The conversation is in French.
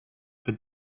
faite